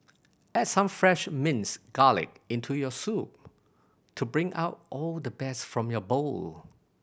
add some fresh minced garlic into your soup to bring out all the best from your bowl